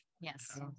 Yes